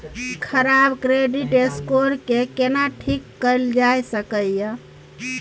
खराब credit score के केना ठीक कैल जा सकै ये?